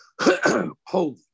holy